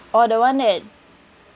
oh the [one] that